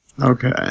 Okay